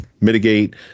mitigate